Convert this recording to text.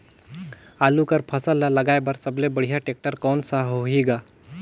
आलू कर फसल ल लगाय बर सबले बढ़िया टेक्टर कोन सा होही ग?